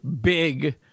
big